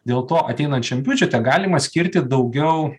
dėl to ateinančiam biudžete galima skirti daugiau